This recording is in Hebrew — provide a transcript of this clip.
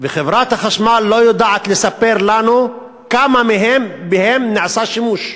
וחברת החשמל לא יודעת לספר לנו בכמה מהם נעשה שימוש?